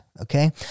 Okay